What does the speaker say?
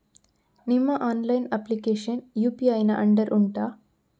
ನಿಮ್ಮ online application UPI ನ under ಉಂಟಾ